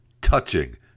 touching